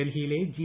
ഡൽഹിയിലെ ജി